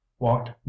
walked